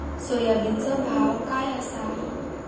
सोयाबीनचो भाव काय आसा?